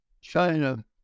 China